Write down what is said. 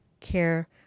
care